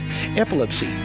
epilepsy